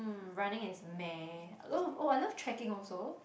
um running is meh I love oh I love tracking also